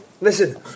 Listen